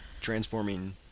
transforming